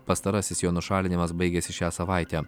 pastarasis jo nušalinimas baigiasi šią savaitę